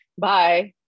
bye